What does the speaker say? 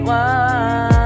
one